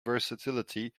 versatility